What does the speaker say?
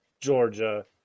Georgia